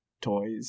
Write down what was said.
toys